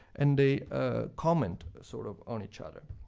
and they ah comment, sort of, on each other.